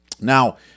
Now